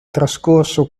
trascorso